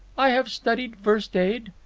i have studied first aid.